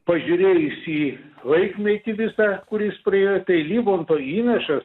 pažiūrėjus į laikmetį visą kuris praėjo tai livonto įnašas